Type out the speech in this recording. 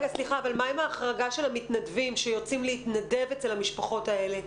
מה עם ההחרגה של המתנדבים שיוצאים להתנדב אצל המשפחות האלה?